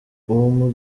uwo